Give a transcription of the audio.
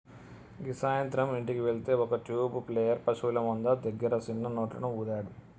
గీ సాయంత్రం ఇంటికి వెళ్తే ఒక ట్యూబ్ ప్లేయర్ పశువుల మంద దగ్గర సిన్న నోట్లను ఊదాడు